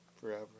Forever